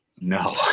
No